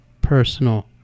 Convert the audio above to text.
personal